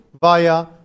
via